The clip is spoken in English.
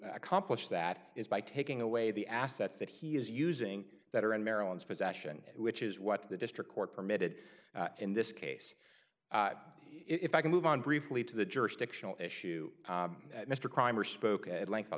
accomplish that is by taking away the assets that he is using that are in maryland's possession which is what the district court permitted in this case if i can move on briefly to the jurisdictional issue mr crime or spoke at length of